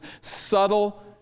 subtle